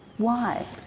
why?